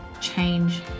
change